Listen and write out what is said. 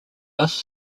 bus